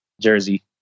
jersey